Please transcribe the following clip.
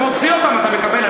הוא מוציא אותם, אתה מקבל.